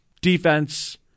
defense